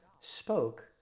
spoke